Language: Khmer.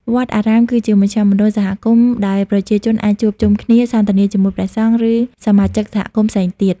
វត្តអារាមគឺជាមជ្ឈមណ្ឌលសហគមន៍ដែលប្រជាជនអាចជួបជុំគ្នា សន្ទនាជាមួយព្រះសង្ឃ ឬសមាជិកសហគមន៍ផ្សេងទៀត។